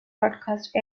broadcast